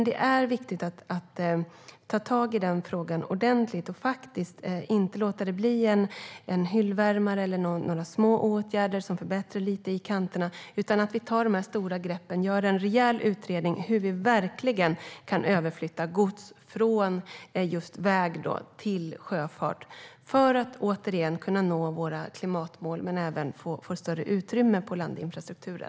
Det är viktigt att ta tag i frågan ordentligt och inte låta det bli en hyllvärmare eller bara något som leder till små åtgärder som förbättrar lite i kanterna. Vi behöver ta de här stora greppen och göra en rejäl utredning av hur vi ska kunna flytta över gods från väg till sjöfart för att både kunna nå våra klimatmål och få större utrymme på landinfrastrukturen.